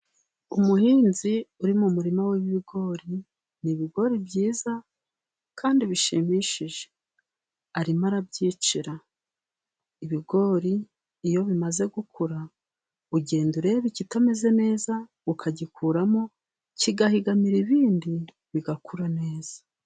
Umuhinzi uri mu murima w'ibigori. Ni ibigori byiza kandi bishimishije. Arimo arabyicira . Ibigori iyo bimaze gukura ugenda urebe ikitameze neza, ukagikuramo kigahigamira ibindi bigakura neza.